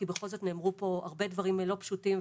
כי בכל זאת נאמרו פה הרבה דברים לא פשוטים,